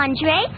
Andre